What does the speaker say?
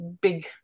big